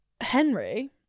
henry